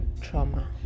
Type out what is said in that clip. trauma